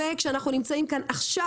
וכשאנחנו נמצאים כאן עכשיו,